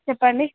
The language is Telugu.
చెప్పండి